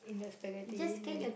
in the spaghetti then